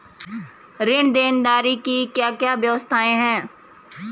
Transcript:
ऋण देनदारी की क्या क्या व्यवस्थाएँ हैं?